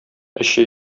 эче